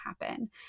happen